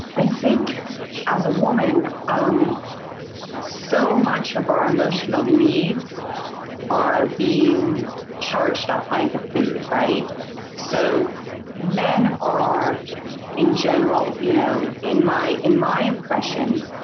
i think as a woman um so much of our emotional needs are being charged up by the food. so men are in general you know in my in my impression